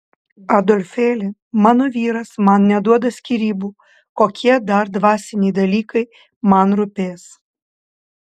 adolfėli mano vyras man neduoda skyrybų kokie dar dvasiniai dalykai man rūpės